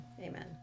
amen